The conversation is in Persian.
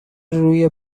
روی